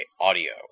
Audio